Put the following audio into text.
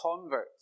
convert